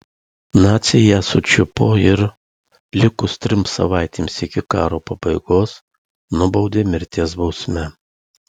naciai ją sučiupo ir likus trims savaitėms iki karo pabaigos nubaudė mirties bausme